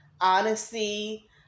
honesty